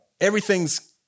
everything's